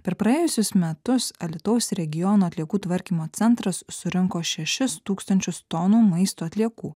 per praėjusius metus alytaus regiono atliekų tvarkymo centras surinko šešis tūkstančius tonų maisto atliekų